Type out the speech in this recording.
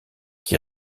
qui